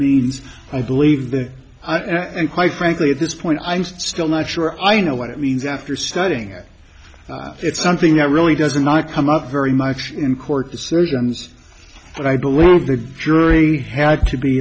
means i believe but i think quite frankly at this point i'm still not sure i know what it means after studying it's something that really does not come up very much in court decisions but i believe the jury had to be